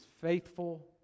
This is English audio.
faithful